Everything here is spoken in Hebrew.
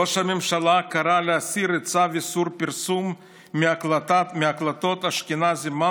ראש הממשלה קרא להסיר את צו איסור הפרסום מהקלטות אשכנזי-מנדלבליט